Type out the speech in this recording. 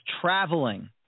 traveling